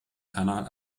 kanal